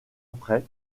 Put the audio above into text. après